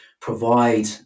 provide